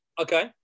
Okay